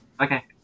Okay